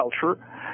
culture